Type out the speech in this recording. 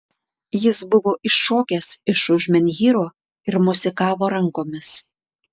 jis buvo iššokęs iš už menhyro ir mosikavo rankomis